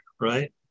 right